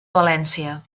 valència